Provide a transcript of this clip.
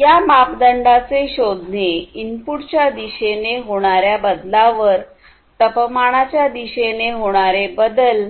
या मापदंडांचे शोधणे इनपुटच्या दिशेने होणार्या बदलावर तपमानाच्या दिशेने होणारे बदल